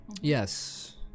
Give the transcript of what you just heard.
Yes